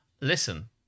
Listen